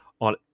on